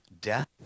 death